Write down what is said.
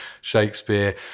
Shakespeare